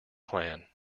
plan